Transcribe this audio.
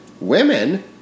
women